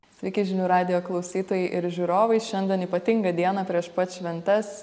sveiki žinių radijo klausytojai ir žiūrovai šiandien ypatingą dieną prieš pat šventes